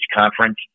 conference